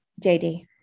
jd